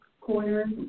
corner